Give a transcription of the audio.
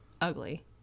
ugly